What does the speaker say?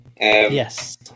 Yes